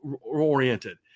oriented